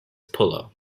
pullo